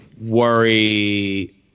worry